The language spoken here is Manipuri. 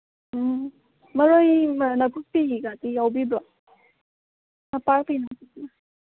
ꯎꯝ ꯃꯔꯣꯏ ꯅꯥꯀꯨꯞꯄꯤꯀꯥꯗꯤ ꯌꯥꯎꯕꯤꯕ꯭ꯔꯣ ꯅꯄꯥꯛꯄꯤ ꯅꯥꯀꯨꯞꯄꯤ